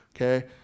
okay